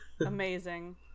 Amazing